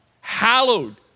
hallowed